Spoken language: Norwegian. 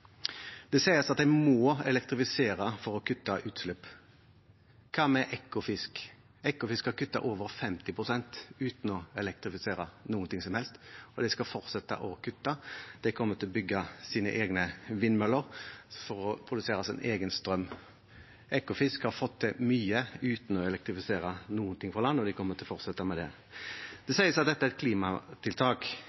Det sies at en må elektrifisere for å kutte utslipp. Hva med Ekofisk? Ekofisk har kuttet over 50 pst. uten å elektrifisere noe som helst, og de skal fortsette å kutte. De kommer til å bygge sine egne vindmøller for å produsere sin egen strøm. Ekofisk har fått til mye uten å elektrifisere noen ting fra land, og de kommer til å fortsette med det. Det